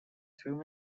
through